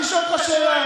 אני שואל אותך שאלה,